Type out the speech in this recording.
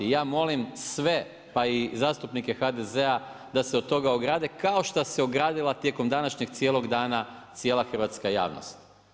I ja molim sve pa i zastupnike HDZ-a, da se od toga ograde, kao što se ogradila tijekom današnjeg cijelog dana, cijela hrvatska javnosti.